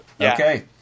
Okay